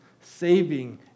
saving